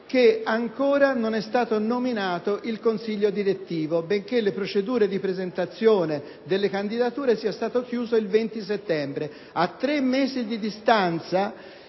che ancora non e stato nominato il consiglio direttivo, benche´ le procedure di presentazione delle candidature siano state chiuse il 20 settembre. A tre mesi di distanza,